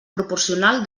proporcional